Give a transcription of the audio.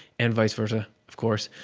and vice versa, of course.